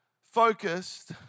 focused